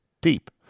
deep